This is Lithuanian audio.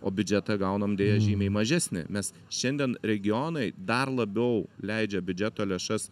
o biudžetą gaunam deja žymiai mažesnį mes šiandien regionai dar labiau leidžia biudžeto lėšas